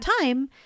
time